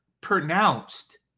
pronounced